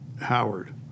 Howard